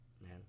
man